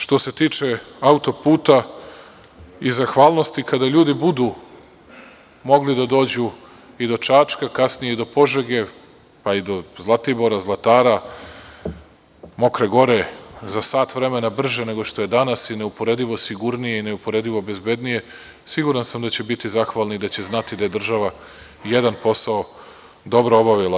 Što se tiče autoputa i zahvalnosti kada ljudi budu mogli da dođu i do Čačka, kasnije i do Požege, pa i do Zlatibora, Zlatara, Mokre Gore za sat vremena brže nego što je danas i neuporedivo sigurnije i neuporedivo bezbednije, siguran sam da će biti zahvalni i da će znati da je država jedan posao dobro obavila.